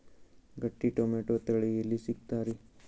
ಗಟ್ಟಿ ಟೊಮೇಟೊ ತಳಿ ಎಲ್ಲಿ ಸಿಗ್ತರಿ?